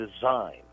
design